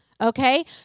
okay